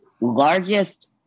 largest